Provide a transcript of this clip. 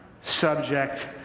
subject